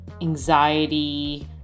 anxiety